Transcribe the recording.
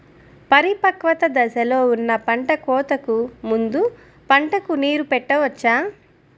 పరిపక్వత దశలో ఉన్న పంట కోతకు ముందు పంటకు నీరు పెట్టవచ్చా?